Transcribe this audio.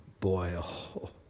boil